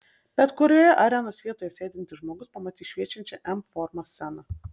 bet kurioje arenos vietoje sėdintis žmogus pamatys šviečiančią m formos sceną